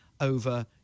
over